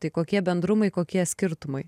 tai kokie bendrumai kokie skirtumai